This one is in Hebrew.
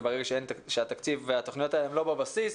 וברגע שהתקציב והתכניות האלה לא בבסיס,